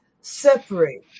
separate